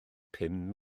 pum